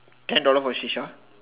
ten dollar for Shisha